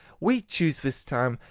we choose this time,